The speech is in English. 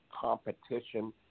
competition